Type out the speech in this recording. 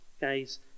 Guys